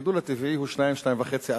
הגידול הטבעי הוא 2.5%-2%.